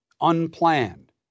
unplanned